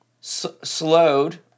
Slowed